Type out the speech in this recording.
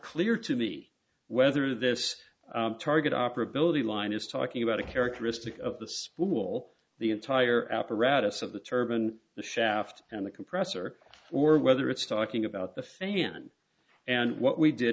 clear to me whether this target operability line is talking about a characteristic of the school the entire apparatus of the turban the shaft and the compressor or whether it's talking about the fan and what we did